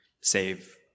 save